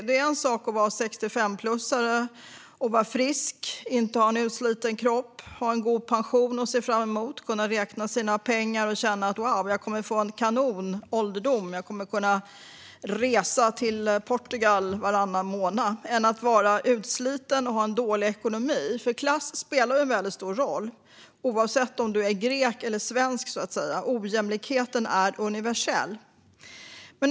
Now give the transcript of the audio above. Det är en sak att vara 65-plussare och vara frisk, inte ha en utsliten kropp och ha en god pension att se fram emot. Då kan man räkna sina pengar och känna: Wow, jag kommer att få en kanonålderdom! Jag kommer att kunna resa till Portugal varannan månad. Det är en annan sak att vara utsliten och ha dålig ekonomi. Klass spelar en väldigt stor roll oavsett om man är grek eller svensk. Ojämlikheten är universell.